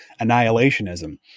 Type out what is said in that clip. annihilationism